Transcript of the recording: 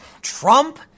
Trump